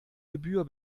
gebühr